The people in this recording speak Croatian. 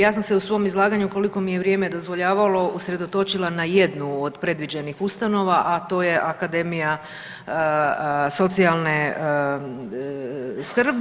Ja sam se u svom izlaganju koliko mi je vrijeme dozvoljavalo usredotočila na jednu od predviđenih ustanova, a to je Akademija socijalne skrbi.